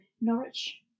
Norwich